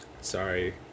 sorry